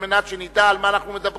על מנת שנדע על מה אנחנו מדברים.